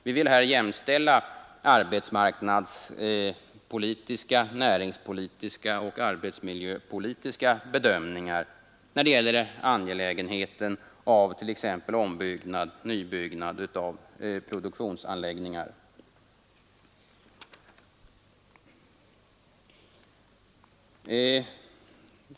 Vi vill här jämställa arbetsmarknadspolitiska, näringspolitiska och arbetsmiljöpolitiska bedömningar när det gäller angelägenheten av t.ex. omoch nybyggnad av produktionsanläggningar.